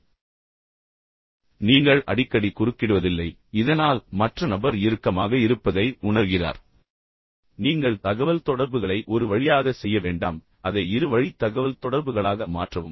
எனவே நீங்கள் அடிக்கடி குறுக்கிடுவதில்லை இதனால் மற்ற நபர் இறுக்கமாக இருப்பதை உணர்கிறார் எனவே பின்னர் நீங்கள் எல்லா தகவல்தொடர்புகளையும் செய்யவில்லை அதை ஒரு வழியாக செய்ய வேண்டாம் அதை இரு வழி தகவல்தொடர்புகளாக மாற்றவும்